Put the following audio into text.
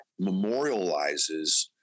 memorializes